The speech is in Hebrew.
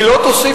היא לא תוסיף,